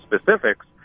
specifics